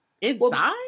inside